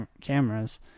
cameras